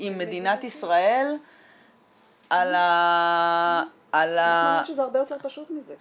עם מדינת ישראל על -- אנחנו אומרים שזה הרבה יותר פשוט מזה.